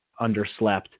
underslept